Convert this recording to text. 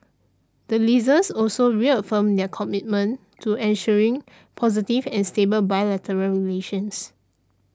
the Leaders also reaffirmed their commitment to ensuring positive and stable bilateral relations